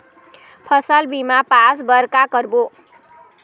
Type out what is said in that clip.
फसल बीमा पास बर का करबो?